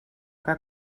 que